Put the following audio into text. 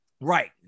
Right